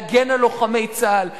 להגן על לוחמי צה"ל,